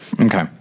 Okay